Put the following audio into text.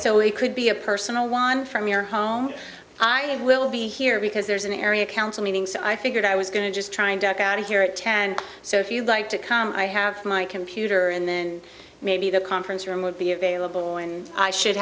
so it could be a personal one from your home i will be here because there's an area council meeting so i figured i was going to just trying to work out here at ten so if you'd like to come i have my computer and then maybe the conference room would be available and i should